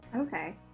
Okay